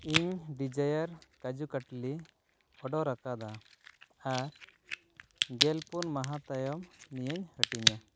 ᱤᱧ ᱰᱤᱡᱟᱭᱟᱨ ᱠᱟᱡᱩ ᱠᱟᱴᱞᱤ ᱚᱰᱟᱨ ᱟᱠᱟᱫᱟ ᱟᱨ ᱜᱮᱞ ᱯᱩᱱ ᱢᱟᱦᱟ ᱛᱟᱭᱚᱢ ᱱᱤᱭᱟᱹᱧ ᱦᱟᱹᱴᱤᱧᱟ